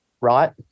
right